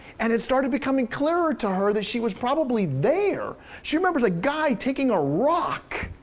and it started becoming clearer to her that she was probably there. she remembers a guy taking a rock